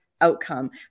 outcome